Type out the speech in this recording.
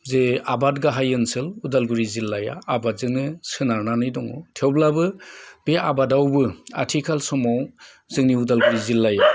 जे आबाद गाहाइ ओनसोल उदालगुरि जिल्लाया आबादजोंनो सोनारनानै दङ थेवब्लाबो बे आबादावबो आथिखाल समाव जोंनि उदालगुरि जिल्लाया